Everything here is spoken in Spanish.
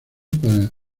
para